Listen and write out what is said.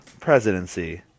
presidency